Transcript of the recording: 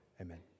Amen